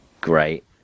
great